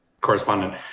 correspondent